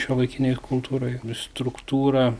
šiuolaikinėj kultūroje struktūra